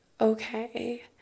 okay